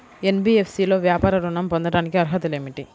NBFC లో వ్యాపార ఋణం పొందటానికి అర్హతలు ఏమిటీ?